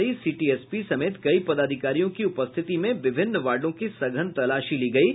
अनुमंडल पदाधिकारी city SP समेत कई पदाधिकारियों की उपस्थिति में विभिन्न वार्डो की सघन तलाशी ली गयी